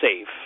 safe